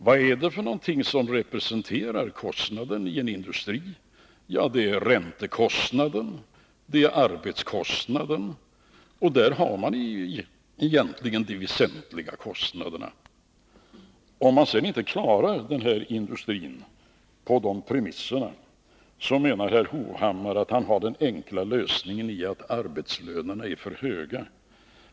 Vad är det som representerar kostnaden i en industri? Ja, det är räntekostnaden och det är arbetskostnaden, och där har man egentligen de väsentliga kostnaderna. Om man sedan inte klarar industrin på de premisserna, menar herr Hovhammar att han har den enkla lösningen i att arbetslönerna är för höga.